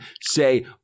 say